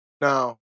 Now